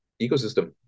ecosystem